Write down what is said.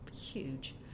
huge